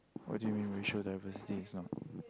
what do you mean racial diversity is not